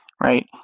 Right